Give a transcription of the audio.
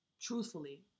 truthfully